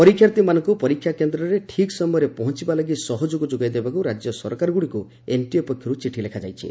ପରୀକ୍ଷାର୍ଥୀମାନଙ୍କୁ ପରୀକ୍ଷା କେନ୍ଦ୍ରରେ ଠିକ୍ ସମୟରେ ପହଞ୍ଚିବା ଲାଗି ସହଯୋଗ ଯୋଗାଇ ଦେବାକୁ ରାଜ୍ୟ ସରକାରଗୁଡ଼ିକୁ ଏନ୍ଟିଏ ପକ୍ଷରୁ ଚିଠି ଲେଖା ଯାଇଛି